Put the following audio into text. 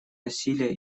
насилие